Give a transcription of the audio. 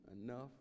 enough